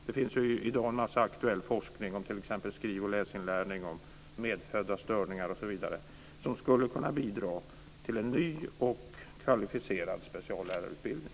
Det finns i dag en massa aktuell forskning om t.ex. skriv och läsinlärning, medfödda störningar osv. som skulle kunna bidra till en ny och kvalificerad speciallärarutbildning.